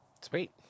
Sweet